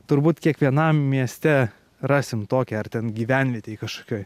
turbūt kiekvienam mieste rasim tokį ar ten gyvenvietėj kažkokioj